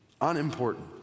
Unimportant